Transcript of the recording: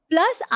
Plus